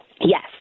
yes